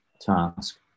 task